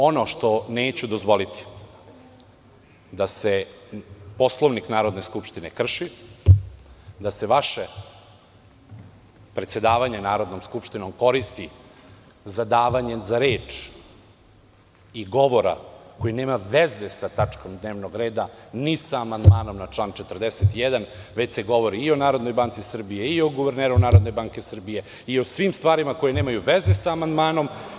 Ono što neću dozvoliti, da se Poslovnik Narodne skupštine krši, da se vaše predsedavanje Narodnom skupštinom koristi za davanje za reč i govora koji nema veze sa tačkom dnevnog reda, ni sa amandmanom na član 41. već se govori i o NBS i o guverneru NBS i o svim stvarima koji nemaju veze sa amandmanom.